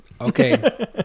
Okay